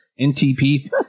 NTP